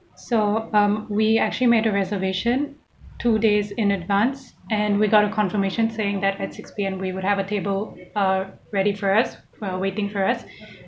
so um we actually made a reservation two days in advance and we got a confirmation saying that at six P_M we would have a table uh ready for us while waiting for us